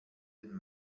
den